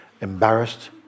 embarrassed